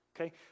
Okay